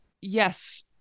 yes